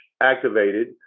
activated